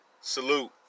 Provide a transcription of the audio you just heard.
Salute